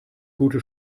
gute